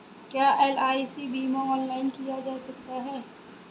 क्या एल.आई.सी बीमा ऑनलाइन किया जा सकता है?